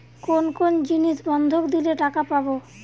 কোন কোন জিনিস বন্ধক দিলে টাকা পাব?